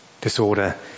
Disorder